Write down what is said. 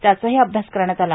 त्याचाही अभ्यास करण्यात आला